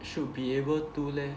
should be able to leh